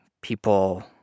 People